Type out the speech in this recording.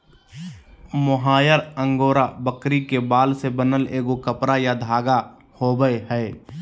mohair angora बकरी के बाल से बनल एगो कपड़ा या धागा होबैय हइ